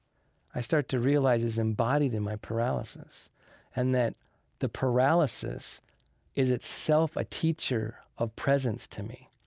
i start to realize is embodied in my paralysis and that the paralysis is itself a teacher of presence to me.